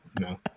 no